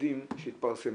מדדים שיתפרסמו,